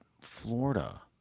florida